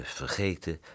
vergeten